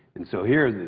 and so here,